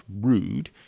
rude—